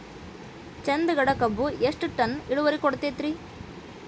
ಚಂದಗಡ ಕಬ್ಬು ಎಷ್ಟ ಟನ್ ಇಳುವರಿ ಕೊಡತೇತ್ರಿ?